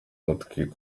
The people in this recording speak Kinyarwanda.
amatwi